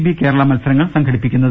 B Kerala മത്സരങ്ങൾ സംഘടി പ്പിക്കുന്നത്